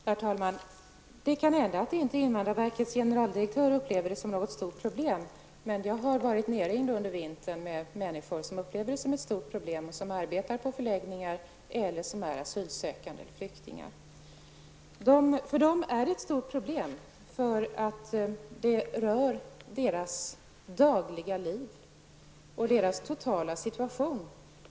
Herr talman! Det kan hända att invandrarverkets generaldirektör inte upplever detta såsom något stort problem, men jag har blivit nerringd under vintern av människor, som arbetar på förläggningar eller är asylsökande och som upplever detta såsom ett stort problem. Det rör deras dagliga liv och totala situation.